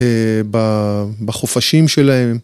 אה... ב... בחופשים שלהם.